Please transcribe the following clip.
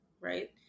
right